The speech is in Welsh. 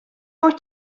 wyt